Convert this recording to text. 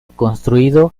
construido